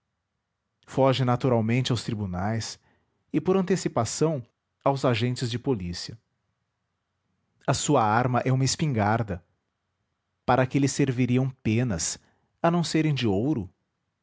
foge naturalmente aos tribunais e por antecipação aos agentes de polícia a sua arma é uma espingarda para que lhe serviriam penas a não serem de ouro